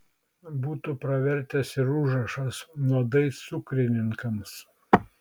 būtų pravertęs ir užrašas nuodai cukrininkams